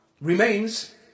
Remains